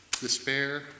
despair